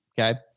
okay